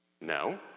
No